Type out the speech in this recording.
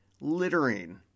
Littering